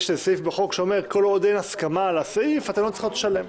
יש סעיף בחוק שאומר שכל עוד אין הסכמה על הסעיף הן לא צריכות לשלם.